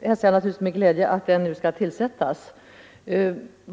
hälsar jag naturligtvis med glädje att den nu skall tillsättas.